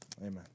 amen